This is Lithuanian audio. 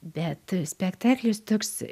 bet spektaklis toks